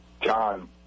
John